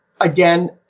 Again